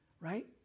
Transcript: Right